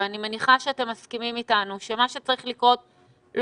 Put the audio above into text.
ואני מניחה שאתם מסכימים אתנו שמה שצריך לקרות זה להודיע,